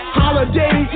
holiday